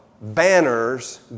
Banners